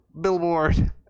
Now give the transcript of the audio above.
billboard